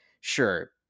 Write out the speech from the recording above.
sure